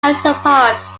counterparts